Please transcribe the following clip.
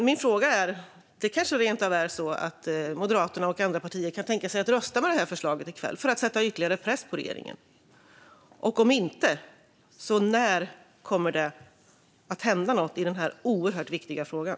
Min undran är om det kanske rent av är så att Moderaterna och andra partier kan tänka sig att rösta för detta förslag i kväll för att sätta ytterligare press på regeringen. Om inte, när kommer det att hända något i den här oerhört viktiga frågan?